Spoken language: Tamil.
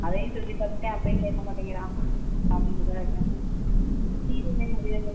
அதையும் சொல்லி பார்த்துட்டேன் அப்பவும் கேட்க மாட்டேங்கிறான் பார்த்துட்டு தான் இருக்கான் முடியாது